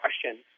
question